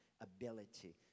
ability